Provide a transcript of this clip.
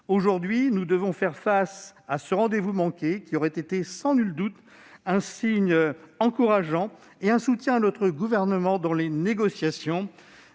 Aujourd'hui, nous devons faire face à ce rendez-vous manqué, qui aurait été, sans nul doute, un signe encourageant et un soutien à notre gouvernement dans les négociations.